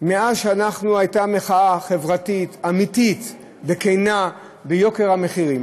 הייתה מחאה חברתית אמיתית וכנה לגבי יוקר המחירים?